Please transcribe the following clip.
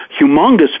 humongous